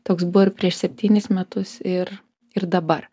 toks buvo ir prieš septynis metus ir ir dabar